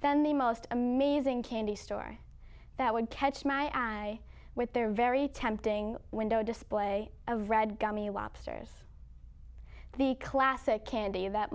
then the most amazing candy store that would catch my eye with their very tempting window display of red gummy lobsters the classic candy that